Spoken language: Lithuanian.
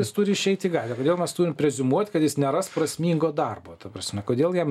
jis turi išeit į gatvę kodėl mes turim preziumuot kad jis neras prasmingo darbo ta prasme kodėl jam